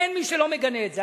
אין מי שלא מגנה את זה.